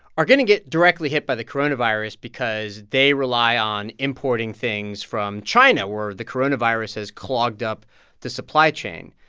are going to get directly hit by the coronavirus because they rely on importing things from china, where the coronavirus has clogged up the supply chain.